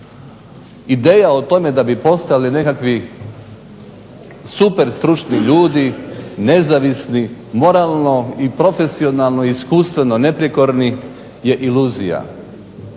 Ideja o tome da bi postojali nekakvi super stručni ljudi, nezavisni, moralno i profesionalno, iskustveno neprikorni je iluzija.